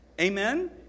Amen